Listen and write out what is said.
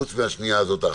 חוץ מהשנייה הזאת האחרונה,